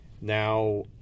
Now